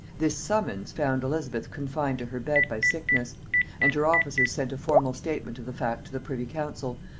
this summons found elizabeth confined to her bed by sickness and her officers sent a formal statement of the fact to the privy-council,